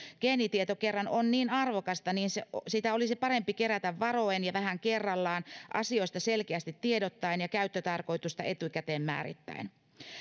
geenitieto kerran on niin arvokasta niin sitä olisi parempi kerätä varoen ja vähän kerrallaan asioista selkeästi tiedottaen ja käyttötarkoitusta etukäteen määrittäen